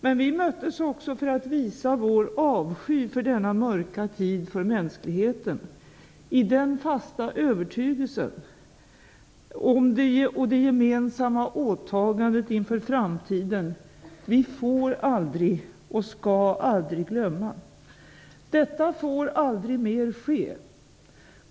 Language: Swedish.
Men vi möttes också för att visa vår avsky för denna mörka tid för mänskligheten och i den fasta övertygelsen och det gemensamma åtagandet inför framtiden - vi får aldrig och skall aldrig glömma. Detta får aldrig mer ske.